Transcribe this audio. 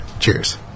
Cheers